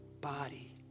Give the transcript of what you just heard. body